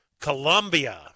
Colombia